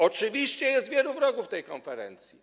Oczywiście jest wielu wrogów tej konferencji.